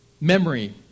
memory